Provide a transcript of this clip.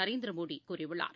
நரேந்திரமோடிகூறியுள்ளார்